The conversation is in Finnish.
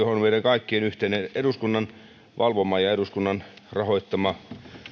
on meidän kaikkien yhteinen eduskunnan valvoma ja eduskunnan rahoittama